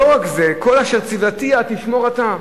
ולא רק זה: כל אשר ציוויתיה, תשמור אתה.